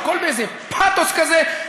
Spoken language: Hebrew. הכול באיזה פתוס כזה,